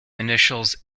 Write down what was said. initials